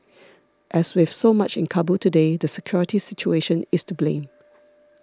as with so much in Kabul today the security situation is to blame